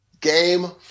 Game